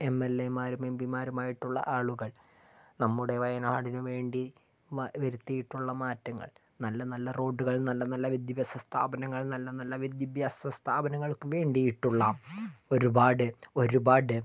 M L A മാരും M P മാരുമായിട്ടുള്ള ആളുകൾ നമ്മുടെ വയനാടിന് വേണ്ടി വരുത്തിയിട്ടുള്ള മാറ്റങ്ങൾ നല്ല നല്ല റോഡുകൾ നല്ല നല്ല വിദ്യാഭ്യാസസ്ഥാപനങ്ങൾ നല്ല നല്ല വിദ്യാഭ്യാസസ്ഥാപനങ്ങൾക്ക് വേണ്ടിയിട്ടുള്ള ഒരുപാട് ഒരുപാട്